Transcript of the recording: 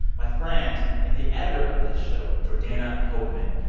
my friend and the editor of this show, jordana hochman,